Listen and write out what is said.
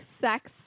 sex